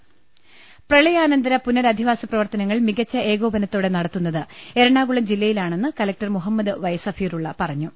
ലലലലലലലലലലലല പ്രളയാനന്തര പുനരധിവാസ പ്രവർത്തനങ്ങൾ മികച്ച ഏകോപനത്തോടെ നടത്തുന്നത് എറണാകുളം ജില്ലയി ലാണെന്ന് കലക്ടർ മുഹമ്മദ് വൈ സഫീറുള്ള പറഞ്ഞു